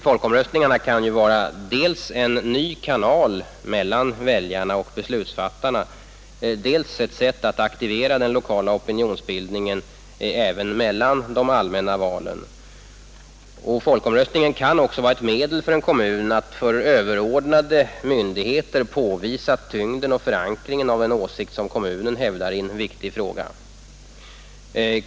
Folkomröstningen kan vara dels en ny kanal mellan väljarna och beslutsfattarna, dels ett sätt att aktivera den lokala opinionsbildningen även mellan de allmänna valen. Likaså kan folkomröstningen vara ett medel för en kommun att för överordnade myndigheter påvisa tyngden av och förankringen i en åsikt som kommunen hävdar i en viktig fråga.